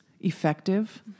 effective